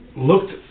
looked